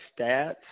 stats